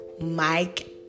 Mike